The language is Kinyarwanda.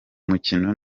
mukino